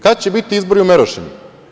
Kad će biti izbori u Merošini?